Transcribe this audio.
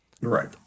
Right